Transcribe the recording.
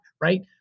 right